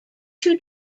two